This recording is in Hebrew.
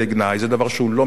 זה דבר שהוא לא מקובל.